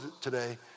today